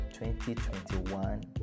2021